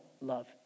love